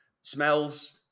Smells